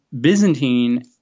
Byzantine